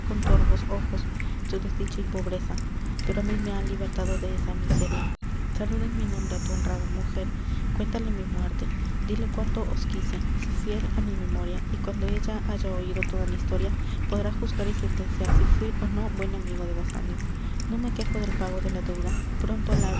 torvos ojos su desdicha y pobreza pero á mí me ha libertado de esa miseria saluda en mi nombre á tu honrada mujer cuéntale mi muerte dile cuánto os quise sé fiel á mi memoria y cuando ella haya oido toda la historia podrá juzgar y sentenciar si fuí ó no buen amigo de basanio no me quejo del pago de la deuda pronto la